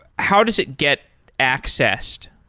how does it get accessed?